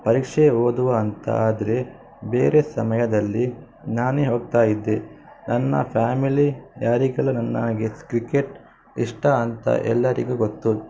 ಪರೀಕ್ಷೆ ಓದುವ ಅಂತ ಆದರೆ ಬೇರೆ ಸಮಯದಲ್ಲಿ ನಾನೇ ಹೋಗ್ತಾ ಇದ್ದೆ ನನ್ನ ಫ್ಯಾಮಿಲಿ ಯಾರಿಗೆಲ್ಲ ನನ್ನ ಹಾಗೆ ಕ್ರಿಕೆಟ್ ಇಷ್ಟ ಅಂತ ಎಲ್ಲರಿಗೂ ಗೊತ್ತು